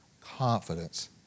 confidence